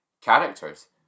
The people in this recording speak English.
characters